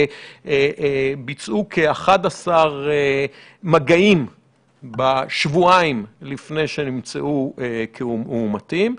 ביצעו כ-11 מגעים בשבועיים לפני שנמצאו מאומתים.